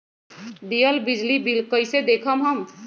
दियल बिजली बिल कइसे देखम हम?